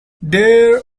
there